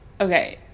Okay